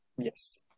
yes